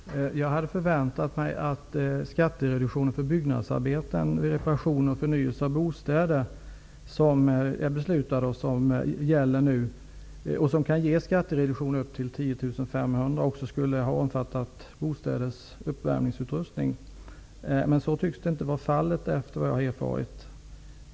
Herr talman! Jag hade förväntat mig att den skattereduktion för byggnadsarbeten vid reparationer och förnyelse av bostäder som är beslutad och som nu gäller -- och som kan ge skattereduktion upp till 10 500 kr -- även skulle ha omfattat bostäders uppvärmningsutrustning. Men så tycks enligt vad jag erfarit inte vara fallet.